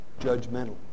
judgmental